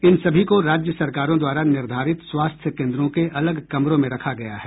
इन सभी को राज्य सरकारों द्वारा निर्धारित स्वास्थ्य केन्द्रों के अलग कमरों में रखा गया है